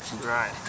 Right